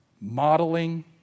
Modeling